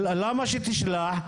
למה שתשלח?